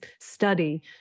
study